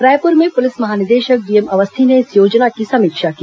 रायपुर में पुलिस महानिदेशक डीएम अवस्थी ने इस योजना की समीक्षा की